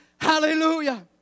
Hallelujah